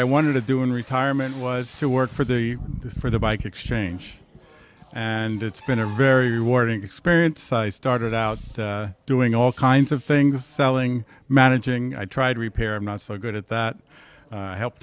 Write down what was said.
i wanted to do in retirement was to work for the for the bike exchange and it's been a very rewarding experience started out doing all kinds of things selling managing i tried repairing not so good at that help